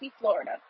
Florida